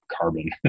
carbon